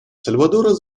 сальвадора